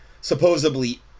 supposedly